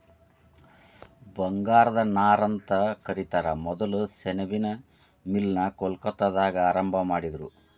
ಬಂಗಾರದ ನಾರಂತ ಕರಿತಾರ ಮೊದಲ ಸೆಣಬಿನ್ ಮಿಲ್ ನ ಕೊಲ್ಕತ್ತಾದಾಗ ಆರಂಭಾ ಮಾಡಿದರು